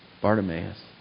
Bartimaeus